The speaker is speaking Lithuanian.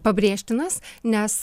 pabrėžtinas nes